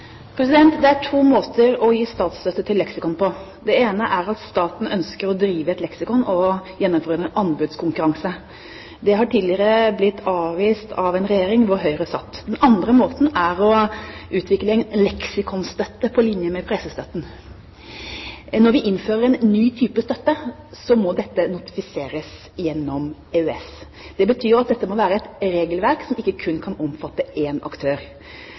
Det er to måter å gi statsstøtte til leksikon på. Den ene er at staten ønsker å drive et leksikon og gjennomføre en anbudskonkurranse. Det har tidligere blitt avvist av en regjering hvor Høyre satt. Den andre måten er å utvikle en leksikonstøtte på linje med pressestøtten. Når vi innfører en ny type støtte, må dette notifiseres gjennom EØS. Det betyr at det må være et regelverk som ikke kun kan omfatte én aktør.